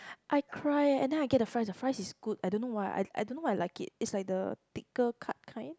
I cry eh and then I get the fries the fries is good I don't know why I I don't know why I like it it's like the thicker cut kind